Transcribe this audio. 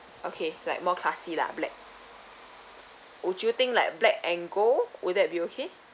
okay like more classy lah black would you think like black and gold would that be okay